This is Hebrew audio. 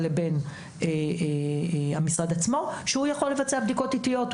לבין המשרד עצמו שהוא יכול לבצע בדיקות איטיות.